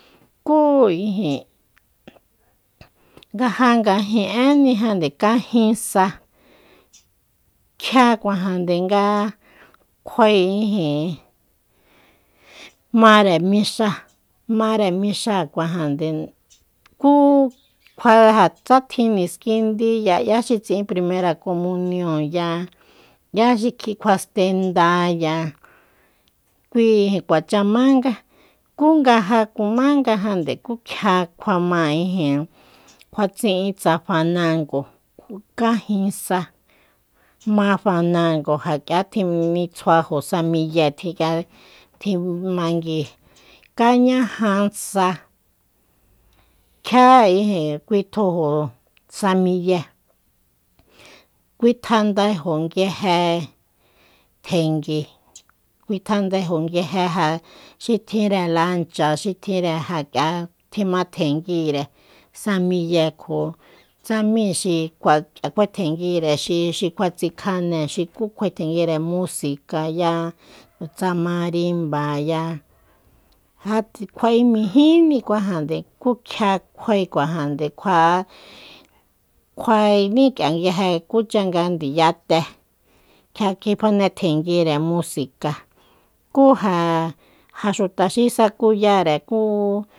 Kú ijin nga ja ngají'énijande kajin sa kjia kuajande nga kjuae ijin máre mixa- máre mixáa cuajande kú ja tsa tjin niskindí 'yá xi tsi'in primera comunionya 'yá xi kjuastendaya kui ja kuachamánga kú nga jakumángajande kú kjia kjuama ijin kjua tsi'in tsa fanango kajin sa ma fanango ja k'ia tjinitsjuajo sa miye tjiya tji mangui kañaja sa kjia ijin kuitjuju sa miye kuitjandaejo nguije tjengui kuitjandaejo nguije xi tjinre lancha xi tjinre ja k'ia tjimantjenguire sa miye kjo tsa mí xi kua k'ia kjuatenguire xi kua tsikjanée kú kjuae tenguire musica ya tsa marimbaya ja kjuae mijínikuajande ku kjia kjuae kuajande kjua'a kjuaení k'ia nguije kucha nga ndiyate kjia kjifane tenguire musica kú ja- ja xuta xi sacuyare kú